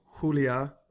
Julia